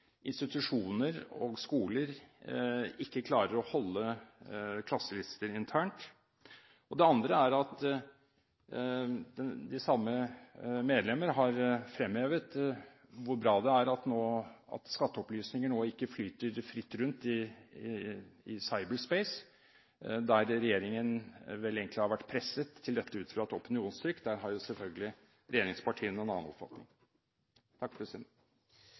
institusjoner og skoler ikke klarer å holde klasselister internt. Det andre er at de samme medlemmer har fremhevet hvor bra det er at skatteopplysninger nå ikke flyter fritt rundt i cyberspace. Regjeringen har vel egentlig blitt presset til dette ut fra et opinionstrykk, men der har jo selvfølgelig regjeringspartiene en annen oppfatning.